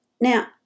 Now